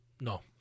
No